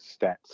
stats